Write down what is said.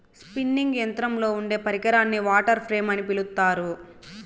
spinning యంత్రంలో ఉండే పరికరాన్ని వాటర్ ఫ్రేమ్ అని పిలుత్తారు